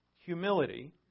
humility